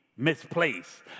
misplaced